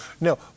No